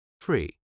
free